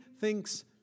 thinks